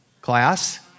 Class